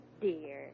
dear